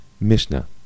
Mishnah